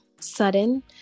Sudden